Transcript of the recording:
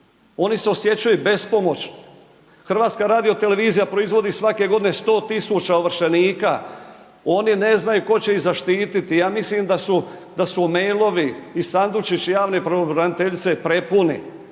oni se osjećaju bespomoćni. HRT proizvodi svake godine 100.000 ovršenika oni ne znaju tko će ih zaštititi. Ja mislim da su, da su mailovi i sandučići javne pravobraniteljice prepuni,